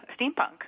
steampunk